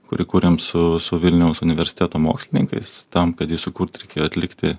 kurį kūrėm su su vilniaus universiteto mokslininkais tam kad jį sukurt reikėjo atlikti